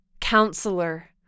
counselor